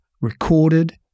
recorded